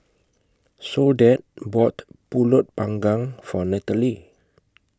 Soledad bought Pulut Panggang For Natalee